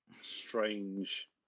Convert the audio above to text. strange